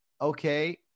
okay